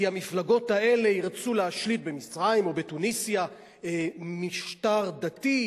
כי המפלגות האלה ירצו להשליט במצרים או בתוניסיה משטר דתי,